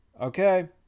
Okay